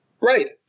Right